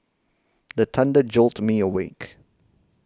the thunder jolt me awake